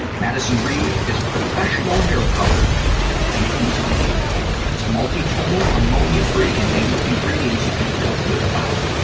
madison reed is professional hair color you can easily do at home. it's multi-tonal, ammonia-free, and made with ingredients you can feel good about.